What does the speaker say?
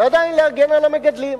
ועדיין להגן על המגדלים.